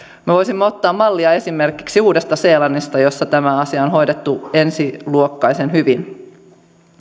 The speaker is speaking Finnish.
me voisimme ottaa mallia esimerkiksi uudesta seelannista jossa asia on hoidettu ensiluokkaisen hyvin